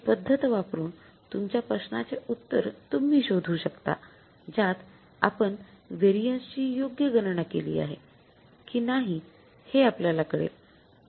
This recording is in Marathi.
हि पद्धत वापरून तुमच्या प्रश्नाचे उत्तर तुम्ही शोधू शकता ज्यात आपण वेरियन्सची योग्य गणना केली आहे की नाही हे आपल्याला कळेल